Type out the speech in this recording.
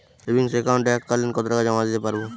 Savings একাউন্টে এক কালিন কতটাকা জমা দিতে পারব?